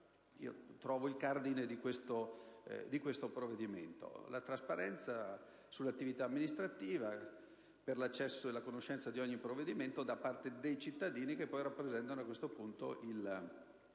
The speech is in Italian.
che trovo il cardine di questo provvedimento. La trasparenza sull'attività amministrativa, attraverso l'accesso e la conoscenza di ogni provvedimento da parte dei cittadini, che rappresentano il fattore